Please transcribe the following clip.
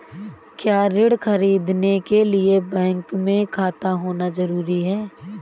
क्या ऋण ख़रीदने के लिए बैंक में खाता होना जरूरी है?